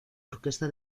orquesta